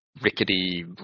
rickety